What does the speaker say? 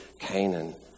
Canaan